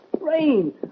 Rain